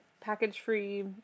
package-free